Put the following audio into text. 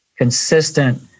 consistent